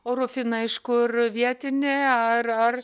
o rufina iš kur vietinė ar ar